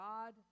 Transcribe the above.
God